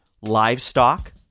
livestock